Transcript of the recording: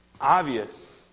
obvious